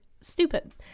stupid